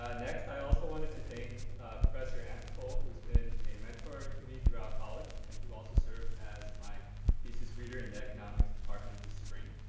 ah next i also wanted to thank professor antecol who's been a mentor to me throughout college, and who also served as my thesis reader in the economics department this spring.